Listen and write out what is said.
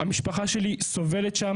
המשפחה שלי סובלת שם.